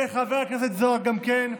וחבר הכנסת זוהר, גם כן,